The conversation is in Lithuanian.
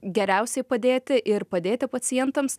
geriausiai padėti ir padėti pacientams